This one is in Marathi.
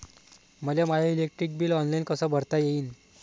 मले माय इलेक्ट्रिक बिल ऑनलाईन कस भरता येईन?